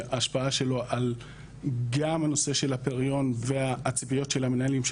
ההשפעה שלו גם על הנושא של הפריון והציפיות של המנהלים,